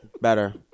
Better